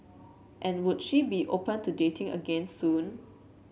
and would she be open to dating again soon